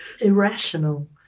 irrational